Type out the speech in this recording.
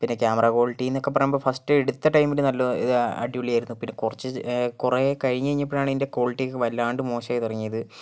പിന്നെ camera quality എന്നൊക്കെ പറയുമ്പോൾ ഫസ്റ്റ് എടുത്ത ടൈമിൽ നല്ല ഇത് അടിപൊളിയായിരുന്നു പിന്നെ കുറച്ച് കുറേ കഴിഞ്ഞു കഴിഞ്ഞപ്പോഴാണ് ഇതിൻ്റെ ക്വാളിറ്റിയൊക്കെ വല്ലാണ്ട് മോശമായി തുടങ്ങിയത്